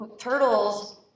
turtles